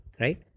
right